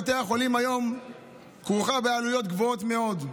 הכניסה לבתי החולים היום כרוכה בעלויות גבוהות מאוד.